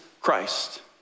Christ